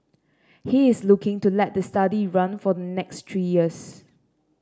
he is looking to let the study run for the next three years